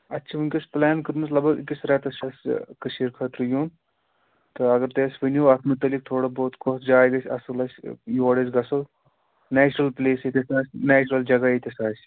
اَسہِ چھ وُنکیٚس پلین کوٚرمُت لگ بگ أکِس ریٚتس چھِ اسہِ یہِ کٔشیٖرِ خٲطرٕ یُن تہٕ اگر تُہۍ اَسہِ ؤنِو اَتھ مُتعلِق تھوڑا بہت کُس جاے گژھِ اَصٕل اَسہِ یور أسۍ گژھو نیچرل پلیس ییٚتہِ نَس نیچرل جگہ ییٚتیٚتھ آسہِ